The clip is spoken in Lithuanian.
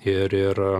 ir ir